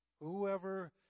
Whoever